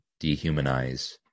dehumanize